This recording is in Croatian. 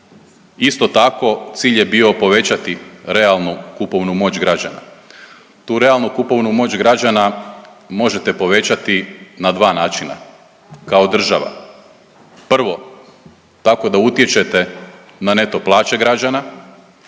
Isto tako cilj je bio povećati realnu kupovnu moć građana, tu realnu kupovnu moć građana možete povećati na dva načina kao država, prvo, tako da utječete na neto plaće građana